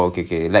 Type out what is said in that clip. ஆபத்து:aabatthu